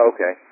Okay